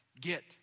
Get